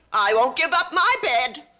i won't give up my bed.